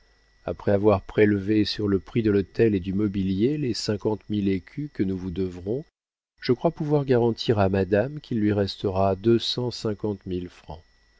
après avoir prélevé sur le prix de l'hôtel et du mobilier les cinquante mille écus que nous vous devrons je crois pouvoir garantir à madame qu'il lui restera deux